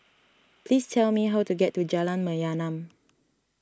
please tell me how to get to Jalan Mayaanam